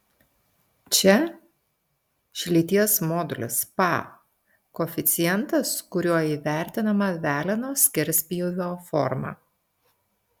čia šlyties modulis pa koeficientas kuriuo įvertinama veleno skerspjūvio forma